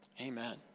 Amen